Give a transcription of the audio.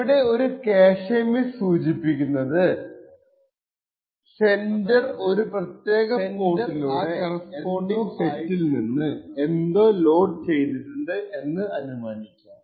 ഇവിടെ ഒരു cache miss സൂചിപ്പിക്കുന്നത് സെൻഡർ ഒരു പ്രത്യേക പോർട്ടിലൂടെ എന്തോ അയച്ചിട്ടുണ്ടെന്നാണ് അതായത് സെൻഡർ ആ കറസ്പോണ്ടിങ് സെറ്റിൽ നിന്ന് എന്തോ ലോഡ് ചെയ്തിട്ടുണ്ട് എന്ന അനുമാനിക്കാം